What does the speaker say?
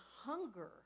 hunger